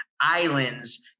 islands